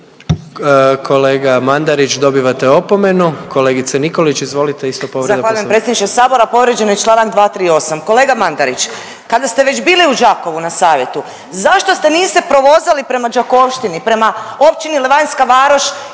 Kolega Mandarić dobivate opomenu. Kolegice Nikolić izvolite isto povreda poslovnika. **Nikolić, Romana (Socijaldemokrati)** Zahvaljujem predsjedniče Sabora. Povrijeđen je čl. 238., kolega Mandarić kada ste već bili u Đakovu na savjetu zašto se niste provozali prema Đakovštini, prema Općini Levanjska Varoš